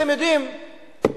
אתם יודעים,